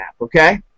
okay